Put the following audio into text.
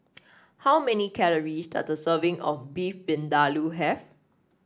how many calories does a serving of Beef Vindaloo have